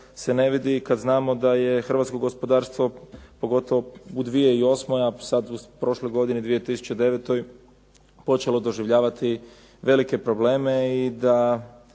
se ne vidi kad znamo da je hrvatsko gospodarstvo pogotovo u 2008., a sad u prošloj godini 2009. počelo doživljavati velike probleme i da